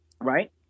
right